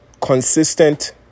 consistent